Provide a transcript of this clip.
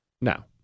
Now